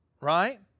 right